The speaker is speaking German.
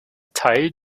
teil